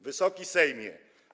Wysoki Sejmie!